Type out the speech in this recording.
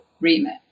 remit